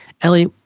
Ellie